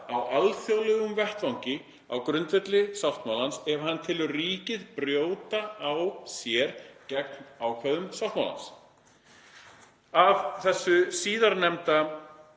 á alþjóðlegum vettvangi á grundvelli sáttmálans ef hann telur ríkið brjóta á sér gegn ákvæðum sáttmálans. Að þessu síðarnefnda